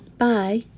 bye